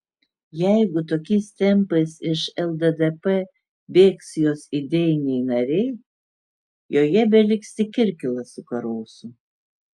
jeigu tokiais tempais iš lddp bėgs jos idėjiniai nariai joje beliks tik kirkilas su karosu